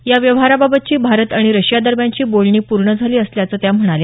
या व्यवहारा बाबतची भारत आणि रशिया दरम्यानची बोलणी पूर्ण झाली असल्याचं त्या म्हणाल्या